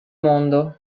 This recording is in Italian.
mondo